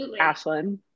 Ashlyn